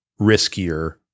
riskier